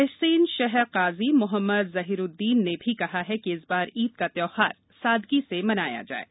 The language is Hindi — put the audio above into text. रायसेन शहर काजी मोहम्मद जहीरूददीन ने भी कहा है कि इस बार ईद का त्यौहार सादगी से मनाया जाएगा